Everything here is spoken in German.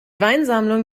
weinsammlung